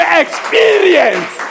experience